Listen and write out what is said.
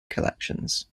collections